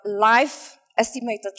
life-estimated